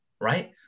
right